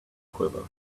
quiver